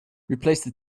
replace